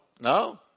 No